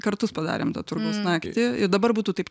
kartus padarėme tą naktį ir dabar būtų taip